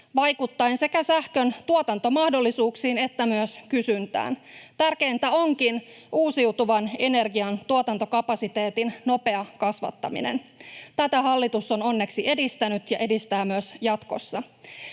vaikuttaen sekä sähkön tuotantomahdollisuuksiin että myös kysyntään. Tärkeintä onkin uusiutuvan energian tuotantokapasiteetin nopea kasvattaminen. Tätä hallitus on onneksi edistänyt ja edistää myös jatkossa.